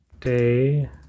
Day